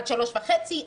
עד שלוש וחצי,